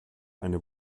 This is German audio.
eine